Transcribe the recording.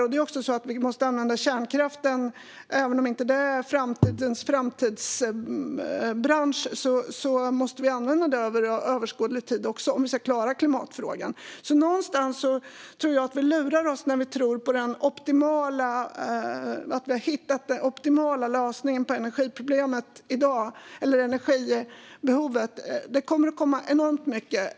Det är också så att vi måste använda kärnkraften; även om det inte är en framtidsbransch måste vi under överskådlig tid använda även den om vi ska klara klimatfrågan. Någonstans tror jag alltså att vi lurar oss själva när vi tror att vi har hittat den optimala lösningen på energiproblemet i dag. Det kommer att komma enormt mycket.